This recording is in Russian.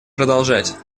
продолжать